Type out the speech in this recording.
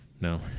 No